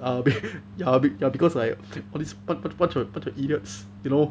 err b~ ya because like all these bunch bunch of bunch of idiots you know